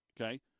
Okay